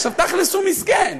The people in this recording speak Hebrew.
עכשיו, תכל'ס, הוא מסכן,